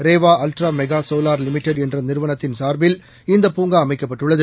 Rewa Ultra Mega Solar Limited என்ற நிறுவனத்தின் சார்பில் இந்த பூங்கா அமைக்கப்பட்டுள்ளது